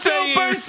Super